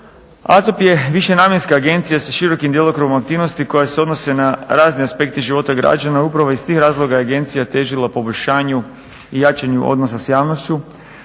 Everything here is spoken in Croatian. AZOP je višenamjenska agencija sa širokim djelokrugom aktivnosti koje se odnose na razne aspekte života građana i upravo je iz tih razloga agencija težila poboljšanju i jačanju odnosa sa javnošću